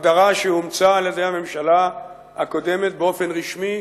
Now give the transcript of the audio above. הגדרה שאומצה על-ידי הממשלה הקודמת באופן רשמי,